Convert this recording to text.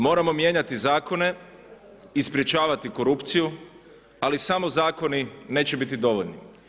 Moramo mijenjati zakone i sprječavati korupciju, ali samo zakoni neće biti dovoljni.